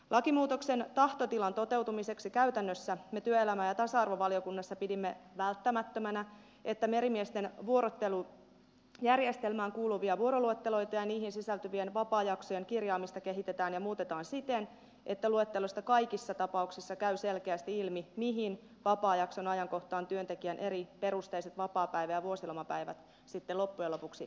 lakimuutoksen tahtotilan toteutumiseksi käytännössä me työelämä ja tasa arvovaliokunnassa pidimme välttämättömänä että merimiesten vuorottelujärjestelmään kuuluvia vuoroluetteloita ja niihin sisältyvien vapaajaksojen kirjaamista kehitetään ja muutetaan siten että luetteloista kaikissa tapauksissa käy selkeästi ilmi mihin vapaajakson ajankohtaan työntekijän eriperusteiset vapaapäivät ja vuosilomapäivät sitten loppujen lopuksi sijoittuvat